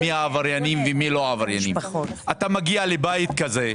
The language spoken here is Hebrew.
מי עבריינים ומי לא עבריינים - אתה מגיע לבית כזה.